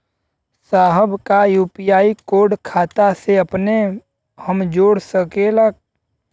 साहब का UPI code खाता से अपने हम जोड़ सकेला?